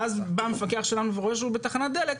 ואז בא מפקח שלנו ורואה שהוא בתחנת דלק,